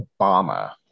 Obama